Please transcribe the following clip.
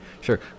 sure